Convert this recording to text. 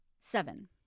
seven